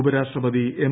ഉപരാഷ്ട്രപതി എം